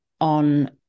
on